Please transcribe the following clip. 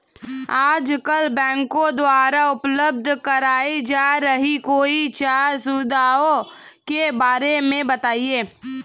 आजकल बैंकों द्वारा उपलब्ध कराई जा रही कोई चार सुविधाओं के बारे में बताइए?